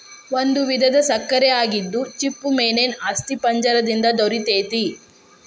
ಒಂದು ವಿಧದ ಸಕ್ಕರೆ ಆಗಿದ್ದು ಚಿಪ್ಪುಮೇನೇನ ಅಸ್ಥಿಪಂಜರ ದಿಂದ ದೊರಿತೆತಿ